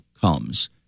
comes